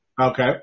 Okay